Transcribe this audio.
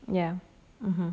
ya (uh huh)